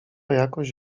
jakoś